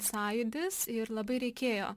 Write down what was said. sąjūdis ir labai reikėjo